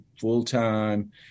full-time